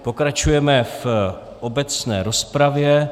Pokračujeme v obecné rozpravě.